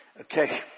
Okay